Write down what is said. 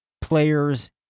players